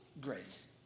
grace